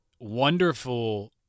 wonderful